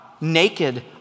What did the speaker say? naked